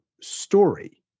story